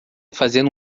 fazendo